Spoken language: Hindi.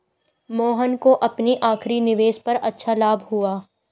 मोहन को अपनी आखिरी निवेश पर अच्छा लाभ हुआ